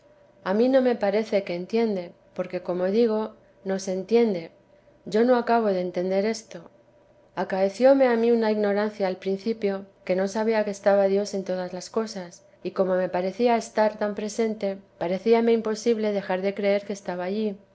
a mí no me parece que entiende porque como digo no se entiende yo no acabo de entender esto acaecióme a mí una ignorancia al principio que no sabía que estaba dios en todas las cosas y como me parecía estar tan presente parecíame imposible dejar de creer que estaba allí